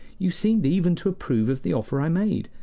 you seemed even to approve of the offer i made.